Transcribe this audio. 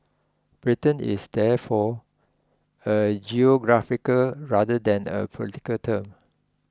Britain is therefore a geographical rather than a political term